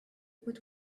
with